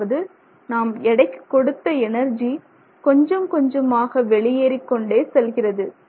அதாவது நாம் எடைக்கு கொடுத்த எனர்ஜி கொஞ்சம் கொஞ்சமாக வெளியேறி கொண்டே செல்கிறது